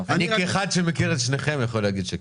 כאחד שמכיר את שניכם, אני יכול להגיד שכן,